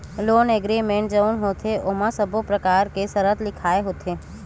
loan agreement जउन होथे ओमा सब्बो परकार के सरत लिखाय होथे